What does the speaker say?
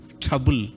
trouble